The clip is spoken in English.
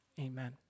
amen